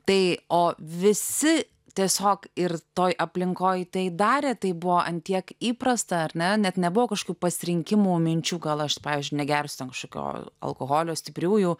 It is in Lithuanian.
tai o visi tiesiog ir toj aplinkoj tai darė tai buvo an tiek įprasta ar ne net nebuvo kažkokių pasirinkimų minčių gal aš pavyzdžiui negersiu ten kažkokio alkoholio stipriųjų